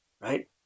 Right